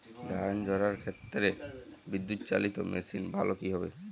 ধান ঝারার ক্ষেত্রে বিদুৎচালীত মেশিন ভালো কি হবে?